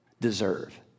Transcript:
deserve